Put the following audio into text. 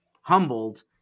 humbled